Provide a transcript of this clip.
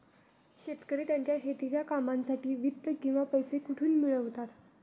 शेतकरी त्यांच्या शेतीच्या कामांसाठी वित्त किंवा पैसा कुठून मिळवतात?